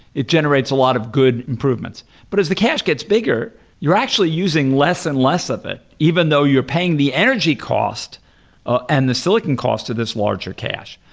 it generates a lot of good improvements, but as the cache gets bigger you're actually using less and less of it, even though you're paying the energy cost ah and the silicon cost of this larger cache.